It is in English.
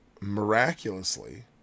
miraculously